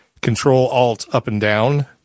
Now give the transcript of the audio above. Control-Alt-Up-and-Down